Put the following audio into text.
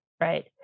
right